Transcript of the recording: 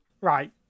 Right